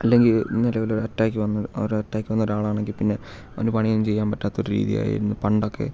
അല്ലെങ്കിൽ നിലവിൽ ഒരു അറ്റാക്ക് വന്നു ഒരു അറ്റാക്ക് വന്ന ഒരാളാണെങ്കിൽ പിന്നെ അവന് പണിയൊന്നും ചെയ്യാൻ പറ്റാത്ത ഒരു രീതി ആയിരുന്നു പണ്ടൊക്കെ